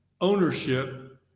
ownership